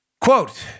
Quote